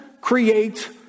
create